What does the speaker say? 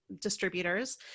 distributors